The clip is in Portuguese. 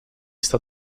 está